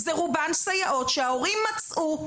זה רובן סייעות שההורים מצאו,